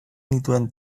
nituen